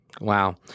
Wow